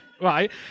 right